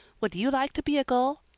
would you like to be a gull?